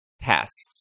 tasks